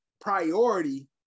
priority